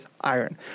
iron